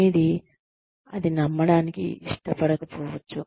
మీరు అది నమ్మడానికి ఇష్టపడవచ్చు